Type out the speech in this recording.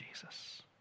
Jesus